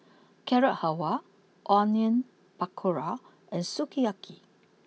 Carrot Halwa Onion Pakora and Sukiyaki